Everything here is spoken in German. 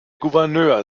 gouverneur